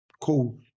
cool